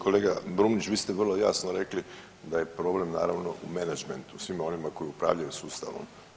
Kolega Brumnić, vi ste vrlo jasno rekli da je problem naravno u menadžmentu svima onima koji upravljaju sustavom.